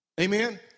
Amen